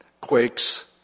quakes